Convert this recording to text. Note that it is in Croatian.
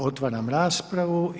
Otvaram raspravu.